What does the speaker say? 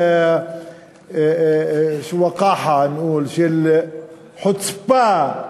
של חוצפה,